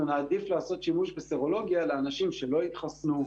אנחנו נעדיף לעשות שימוש בסרולוגיה לאנשים שלא התחסנו,